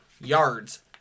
yards